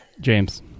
James